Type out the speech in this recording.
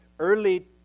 Early